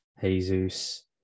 Jesus